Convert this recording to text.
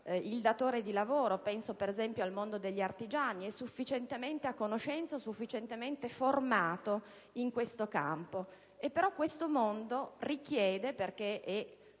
il datore di lavoro - penso, per esempio, al mondo degli artigiani - è sufficientemente a conoscenza, sufficientemente formato in questo campo. Però questo mondo, essendo consapevole